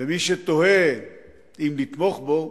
ומי שתוהה אם לתמוך בו,